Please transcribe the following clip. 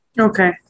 Okay